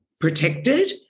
protected